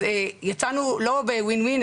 אז יצאנו לא במצב ששני הצדדים מרוויחים ממנו,